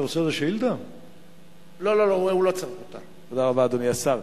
תודה רבה, אדוני השר.